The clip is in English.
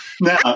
Now